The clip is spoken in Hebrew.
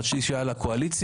חצי שעה לקואליציה,